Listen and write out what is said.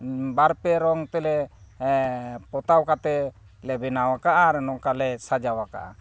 ᱵᱟᱨᱯᱮ ᱨᱚᱝ ᱛᱮᱞᱮ ᱯᱚᱛᱟᱣ ᱠᱟᱛᱮ ᱞᱮ ᱵᱮᱱᱟᱣ ᱟᱠᱟᱜᱼᱟ ᱟᱨ ᱱᱚᱝᱠᱟ ᱞᱮ ᱥᱟᱡᱟᱣ ᱟᱠᱟᱜᱼᱟ